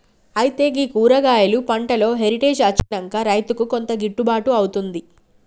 అయితే గీ కూరగాయలు పంటలో హెరిటేజ్ అచ్చినంక రైతుకు కొంత గిట్టుబాటు అవుతుంది